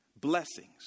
Blessings